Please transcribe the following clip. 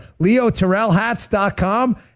leoterrellhats.com